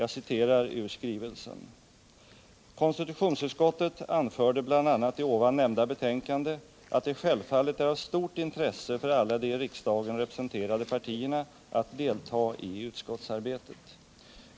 Jag citerar ur skrivelsen: ”Konstitutionsutskottet anförde bl.a. i ovan nämnda betänkande att det självfallet är av stort intresse för alla de i riksdagen representerade partierna att delta i utskottsarbetet.